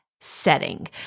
setting